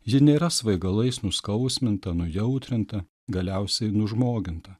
ji nėra svaigalais nuskausminta nujautrinta galiausiai nužmoginta